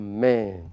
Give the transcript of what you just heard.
Amen